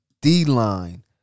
D-line